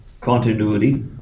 continuity